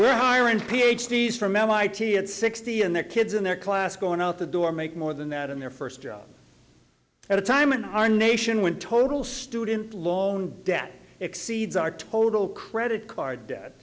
we're hiring ph d's from mit and sixty in their kids in their class going out the door make more than that in their first job at a time in our nation when total student loan debt exceeds our total credit card debt